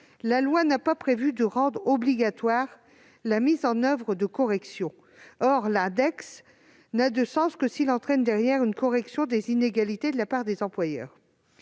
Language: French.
la loi ne rend pas obligatoire la mise en oeuvre de corrections. Or l'index n'a de sens que s'il entraîne par la suite une correction des inégalités de la part des employeurs.